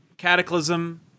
Cataclysm